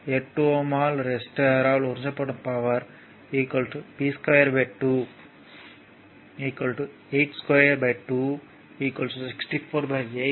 8 Ω ரெசிஸ்டர்யால் உறிஞ்சப்படும் power V2R 28 648 8 watt watt ஆகும்